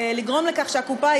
לגרום לכך שהקופה,